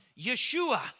Yeshua